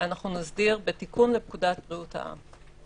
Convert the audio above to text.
נסדיר בתיקון לפקודת בריאות העם.